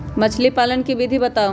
मछली पालन के विधि बताऊँ?